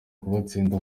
kubatsinda